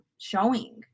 showing